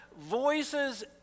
voices